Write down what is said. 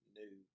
new